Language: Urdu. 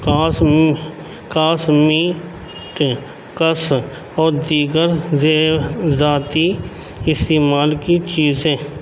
کاسمیٹک کاسمیٹک اور دیگر ذاتی استعمال کی چیزیں